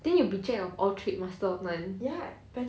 then you will be the jack of trade master of none